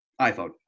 iphone